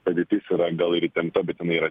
padėtis yra gal ir įtempta bet jinai yra